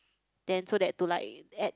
then so that to like add